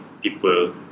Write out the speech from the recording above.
people